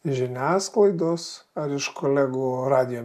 žiniasklaidos ar iš kolegų radijo